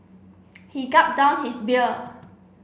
he gulped down his beer